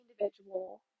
individual